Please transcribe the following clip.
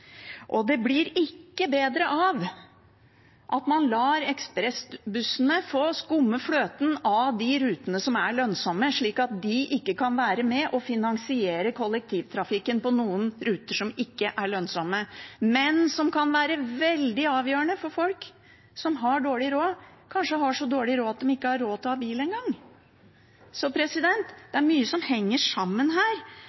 lønnsomme, slik at de ikke kan være med på å finansiere kollektivtrafikken på noen ruter som ikke er lønnsomme, men som kan være veldig avgjørende for folk som har dårlig råd, kanskje så dårlig råd at de ikke har råd til å ha